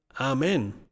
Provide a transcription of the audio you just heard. Amen